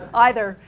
either.